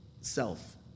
self